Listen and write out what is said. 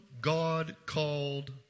God-called